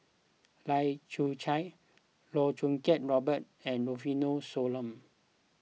Lai Kew Chai Loh Choo Kiat Robert and Rufino Soliano